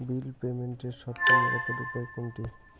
বিল পেমেন্টের সবচেয়ে নিরাপদ উপায় কোনটি?